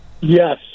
Yes